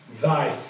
Thy